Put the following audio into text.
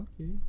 Okay